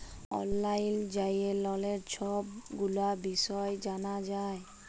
অললাইল যাঁয়ে ললের ছব গুলা বিষয় জালা যায়